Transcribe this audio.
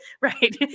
Right